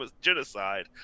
genocide